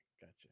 gotcha